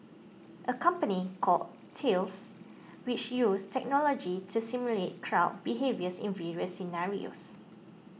a company called Thales which uses technology to simulate crowd behaviours in various scenarios